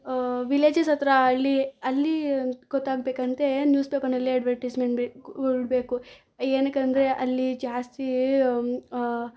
villages ಹತ್ತಿರ ಹಳ್ಳಿ ಅಲ್ಲಿ ಗೊತ್ತಾಗಬೇಕಂತೆ ನ್ಯೂಸ್ ಪೇಪರ್ನಲ್ಲಿ ಅಡ್ವರ್ಟೈಸ್ಮೆಂಟ್ ಬೆಕ್ ಕೊಡಬೇಕು ಏನಕ್ಕಂದರೆ ಅಲ್ಲಿ ಜಾಸ್ತಿ